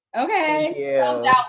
Okay